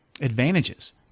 advantages